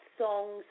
songs